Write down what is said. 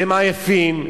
והם עייפים,